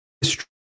history